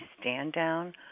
stand-down